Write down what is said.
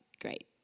great